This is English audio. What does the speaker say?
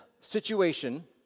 situation